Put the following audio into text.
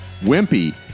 wimpy